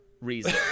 reason